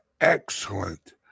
excellent